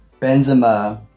Benzema